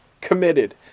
committed